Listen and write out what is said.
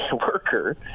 worker